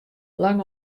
lang